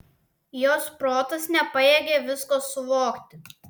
jos protas nepajėgė visko suvokti